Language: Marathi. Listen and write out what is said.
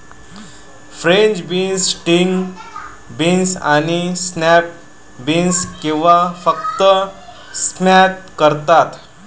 फ्रेंच बीन्स, स्ट्रिंग बीन्स आणि स्नॅप बीन्स किंवा फक्त स्नॅप्स असतात